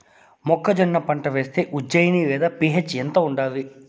మొక్కజొన్న పంట వేస్తే ఉజ్జయని లేదా పి.హెచ్ ఎంత ఉండాలి?